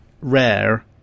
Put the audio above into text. rare